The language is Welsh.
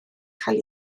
cael